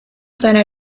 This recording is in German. seiner